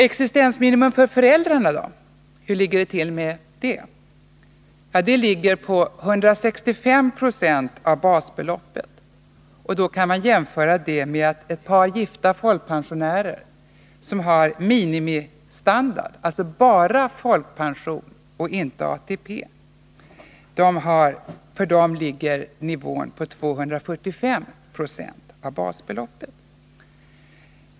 Existensminimum för föräldrarna då — hur ligger det till med det? Ja, det ligger på 165 20 av basbeloppet. Det kan man jämföra med att existensminimum för ett par gifta folkpensionärer som har minimistandard — alltså bara folkpension och inte ATP — ligger på 245 960 av basbeloppet.